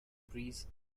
breeze